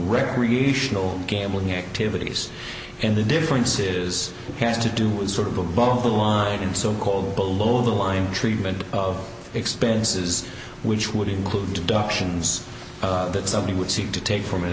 recreational gambling activities and the difference is has to do with sort of above the line in so called below the line treatment of expenses which would include duction is that something would seem to take from an